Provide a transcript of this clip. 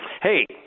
hey